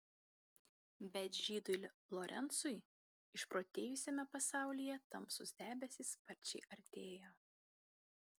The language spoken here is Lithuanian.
bet žydui lorencui išprotėjusiame pasaulyje tamsūs debesys sparčiai artėjo